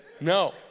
No